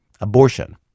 abortion